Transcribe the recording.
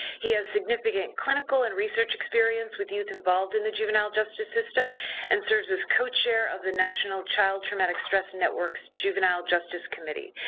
he has significant clinical and research experience with youth involved in the juvenile justice system and serves as cochair of the national child traumatic stress network's juvenile justice committee.